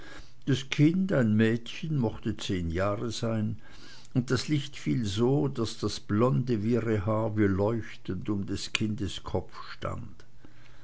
das kind ein mädchen mochte zehn jahr sein und das licht fiel so daß das blonde wirre haar wie leuchtend um des kindes kopf stand